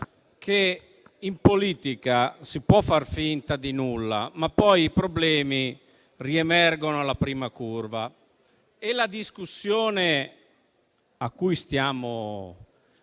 che in politica si può far finta di nulla, ma poi i problemi riemergono alla prima curva. La discussione a cui stiamo cercando